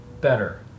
better